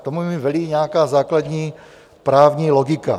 Tomu velí i nějaká základní právní logika.